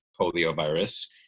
poliovirus